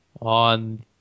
on